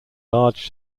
large